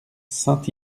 saint